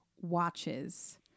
watches